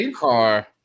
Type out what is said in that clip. car